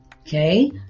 okay